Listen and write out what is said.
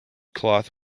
cloth